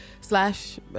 slash